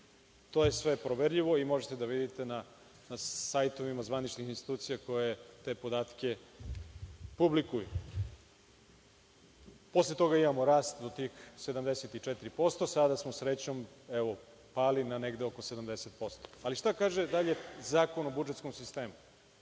To je sve proverljivo i možete da vidite na zvaničnim sajtovima institucija koje te podatke publikuju. Posle toga imamo rast do tih 74%. Sada smo srećom pali na 70%.Šta kaže dalje Zakon o budžetskom sistemu?